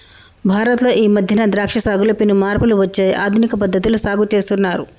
భారత్ లో ఈ మధ్యన ద్రాక్ష సాగులో పెను మార్పులు వచ్చాయి ఆధునిక పద్ధతిలో సాగు చేస్తున్నారు